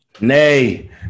Nay